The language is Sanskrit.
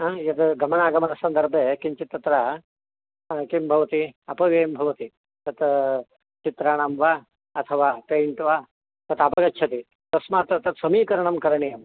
यद् गमनागमनसन्दर्भे किञ्चित् तत्र किं भवति अपव्ययं भवति तत् चित्राणां वा अथवा पेय्ण्ट् वा तत् आपगच्छति तस्मात् तत् समीकरणं करणीयं